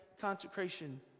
consecration